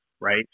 right